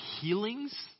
healings